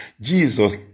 Jesus